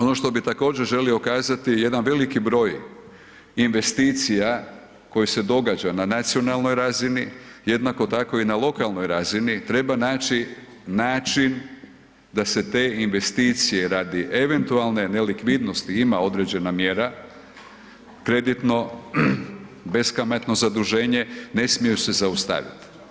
Ono što bi također želio kazati, jedan veliki broj investicija koji se događa na nacionalnoj razini, jednako tako i na lokalnoj razini, treba naći način da se te investicije radi eventualne nelikvidnosti, ima određena mjera, kreditno, beskamatno zaduženje, ne smiju se zaustaviti.